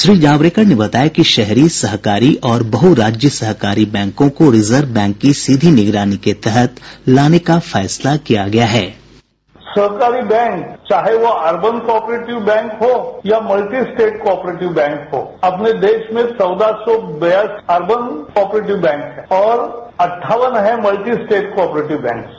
श्री जावड़ेकर ने बताया कि शहरी सहकारी और बहु राज्य सहकारी बैंकों को रिजर्व बैंक की सीधी निगरानी के तहत लाने का फैसला किया गया है साउंड बाईट सहकारी बैंक चाहे वो अर्बनको ऑपरेटिव बैंक हो या मल्टीस्टेट को ऑपरेटिव बैंक होअपने देश में चौदह सौ बीस अर्बन को ऑपरेटिव बैंक हैं और अड्डावन हैंमल्टी स्टेट को ऑपरेटिव बैंक्स